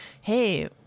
hey